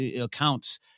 accounts